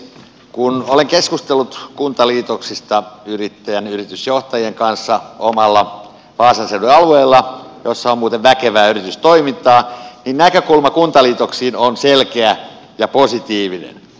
kun olen keskustellut kuntaliitoksista yrittäjien yritysjohtajien kanssa omalla vaasan seudun alueella jolla on muuten väkevää yritystoimintaa niin näkökulma kuntaliitoksiin on selkeä ja positiivinen